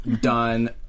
done